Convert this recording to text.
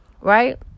right